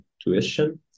tuition